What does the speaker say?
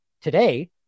today